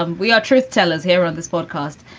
um we are truth tellers here on this broadcast.